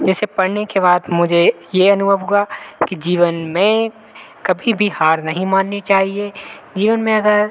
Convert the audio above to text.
जिसे पढ़ने के बाद मुझे ये अनुभव हुआ कि जीवन में कभी भी हार नहीं माननी चाहिए जीवन में अगर